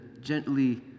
gently